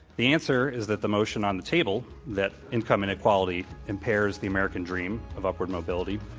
the answer is that the motion on the table that income inequality impairs the american dream of upward mobility,